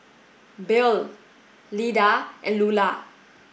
Bill Lyda and Lulah